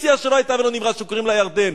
פיקציה שלא היתה ולא נבראה שקוראים לה ירדן.